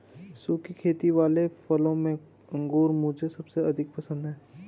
सुखी खेती वाले फलों में अंगूर मुझे सबसे अधिक पसंद है